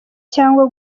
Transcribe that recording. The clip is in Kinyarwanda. cyangwa